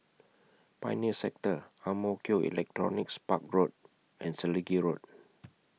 Pioneer Sector Ang Mo Kio Electronics Park Road and Selegie Road